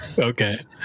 Okay